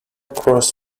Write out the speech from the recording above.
cross